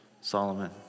Solomon